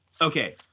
Okay